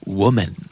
woman